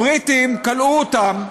הבריטים כלאו אותם,